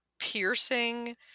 piercing